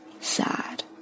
sad